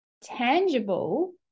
tangible